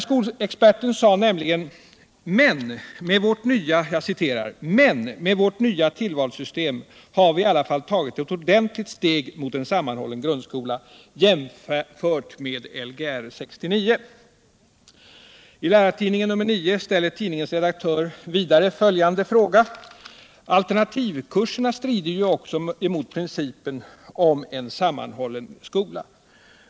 Skolexperten i fråga sade: ”Men, med vårt nya tillvalssystem har vi i alla fall tagit ett ordentligt steg mot en sammanhållen grundskola, jämfört med Lgr 69.” Om målet för I lärartidningen nr 1 ställer tidningens redaktör vidare följande fråga: pågående läroplans ”Alternativkurserna strider ju också emot principen om en sammanhållen = arbete skola.